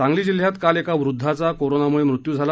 सांगली जिल्ह्यात काल एका वृद्धावा कोरोनामुळे मृत्यू झाला